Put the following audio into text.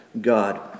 God